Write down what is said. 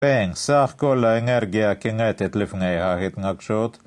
סך כל האנרגיה הקינטית לפני ההתנגשות